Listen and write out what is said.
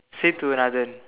said to Nathan